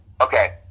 Okay